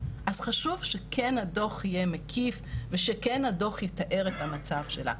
אז חשוב שכן הדוח יהיה מקיף ושכן הדוח יתאר את המצב שלה,